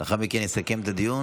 לאחר מכן יסכם את הדיון